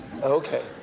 Okay